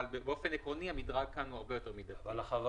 אבל באופן עקרוני המדרג כאן הרבה יותר מידתי.